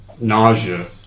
nausea